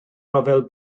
ryfel